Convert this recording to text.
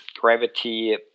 Gravity